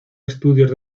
estudios